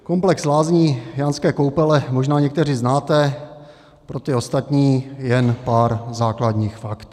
Komplex lázní Jánské Koupele možná někteří znáte, pro ty ostatní jen pár základních faktů.